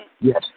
Yes